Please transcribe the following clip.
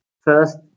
first